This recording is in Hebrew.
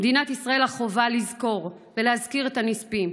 למדינת ישראל החובה לזכור ולהזכיר את הנספים.